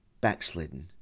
backslidden